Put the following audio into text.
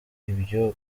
ibyo